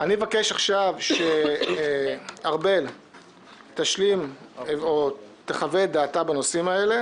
אני מבקש עכשיו שארבל תחווה את דעתה בנושאים האלה